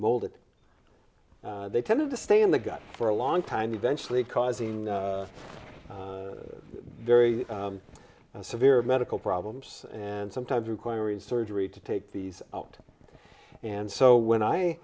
molded they tended to stay in the gut for a long time eventually causing very severe medical problems and sometimes requiring surgery to take these out and so when i